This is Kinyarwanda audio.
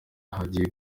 hagiye